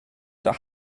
that